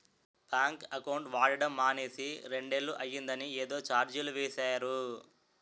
bank account వాడడం మానేసి రెండేళ్ళు అయిందని ఏదో చార్జీలు వేసేరు